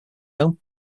own